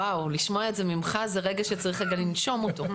לשמוע את זה ממך זה רגע שצריך רגע לנשום אותו.